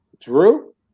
Drew